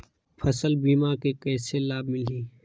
फसल बीमा के कइसे लाभ मिलही?